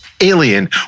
alien